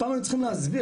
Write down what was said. פעם היו צריכים להסביר,